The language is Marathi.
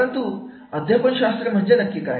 परंतु अध्यापन शास्त्र म्हणजे काय